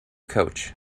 coach